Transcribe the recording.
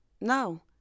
no